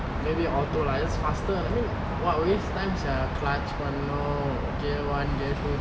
maybe auto lah it's faster I mean !wah! waste time sia clutch control gear one gear two